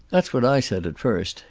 that's what i said at first.